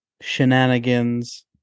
Shenanigans